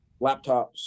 laptops